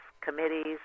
committees